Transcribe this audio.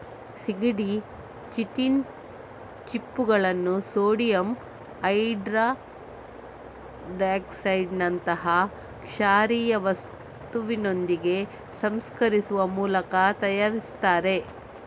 ಸೀಗಡಿಯ ಚಿಟಿನ್ ಚಿಪ್ಪುಗಳನ್ನ ಸೋಡಿಯಂ ಹೈಡ್ರಾಕ್ಸೈಡಿನಂತಹ ಕ್ಷಾರೀಯ ವಸ್ತುವಿನೊಂದಿಗೆ ಸಂಸ್ಕರಿಸುವ ಮೂಲಕ ತಯಾರಿಸ್ತಾರೆ